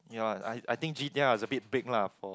ya lor I I think G_T_R is abit big lah for